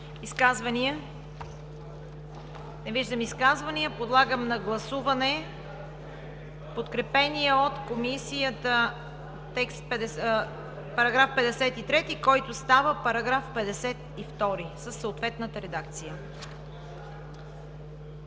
Изказвания? Не виждам изказвания. Подлагам на гласуване подкрепения от Комисията § 53, който става § 52, със съответната редакция.